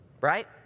right